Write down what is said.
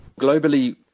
Globally